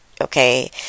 Okay